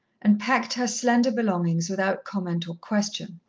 and packed her slender belongings without comment or question.